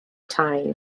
tyne